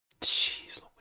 jeez